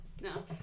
No